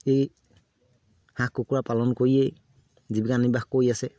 এই হাঁহ কুকুৰা পালন কৰিয়েই জীৱিকা নিৰ্বাহ কৰি আছে